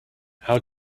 how